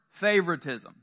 favoritism